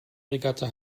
regatta